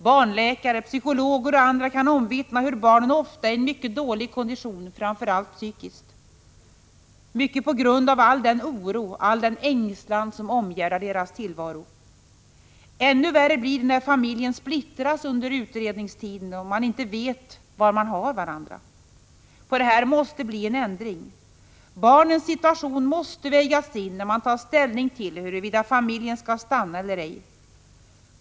Barnläkare, psykologer och andra kan omvittna hur barnen ofta är i mycket dålig kondition — framför allt psykiskt — på grund av all den oro, all den ängslan som omgärdar deras tillvaro. Ännu värre blir det när familjen splittras under utredningstiden och man inte vet var man har varandra. På detta måste det bli en ändring. Barnens situation måste vägas in när man tar ställning till huruvida familjen skall stanna eller ej.